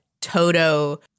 Toto